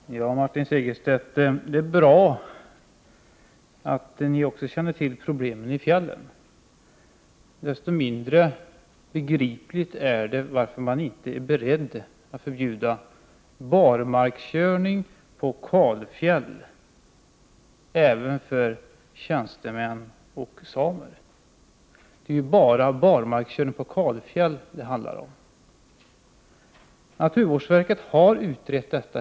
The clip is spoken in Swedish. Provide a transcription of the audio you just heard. Herr talman! Ja, Martin Segerstedt, det är bra att ni också känner till problemen i fjällen. Desto mindre begripligt är det att man inte är beredd att förbjuda barmarkskörning på kalfjäll även för tjänstemän och samer. Det är ju endast barmarkskörning på kalfjäll som det handlar om. Naturvårdsverket har utrett detta.